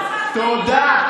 תודה.